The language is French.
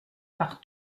par